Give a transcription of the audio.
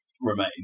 remain